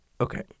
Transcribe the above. Okay